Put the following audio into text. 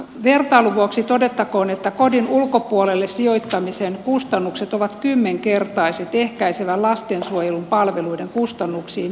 vertailun vuoksi todettakoon että kodin ulkopuolelle sijoittamisen kustannukset ovat kymmenkertaiset ehkäisevän lastensuojelun palveluiden kustannuksiin nähden